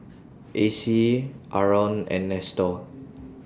Acy Aron and Nestor